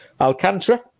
Alcantara